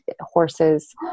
horses